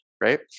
right